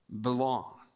belong